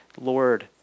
Lord